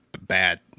bad